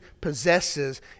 possesses